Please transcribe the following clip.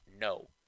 No